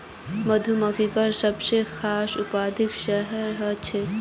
मधुमक्खिर सबस खास उत्पाद शहद ह छेक